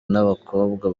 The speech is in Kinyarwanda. n’abakobwa